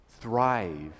thrive